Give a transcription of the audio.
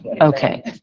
okay